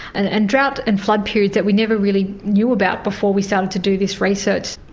and and drought and flood periods that we never really knew about before we started to do this research.